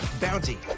Bounty